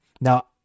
Now